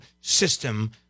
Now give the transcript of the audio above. system